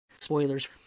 Spoilers